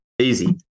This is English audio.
Easy